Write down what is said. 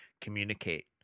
communicate